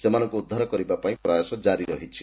ସେମାନଙ୍କୁ ଉଦ୍ଧାର କରିବା ପାଇଁ ପ୍ରୟାସ ଜାରି ରହିଛି